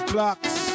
Clocks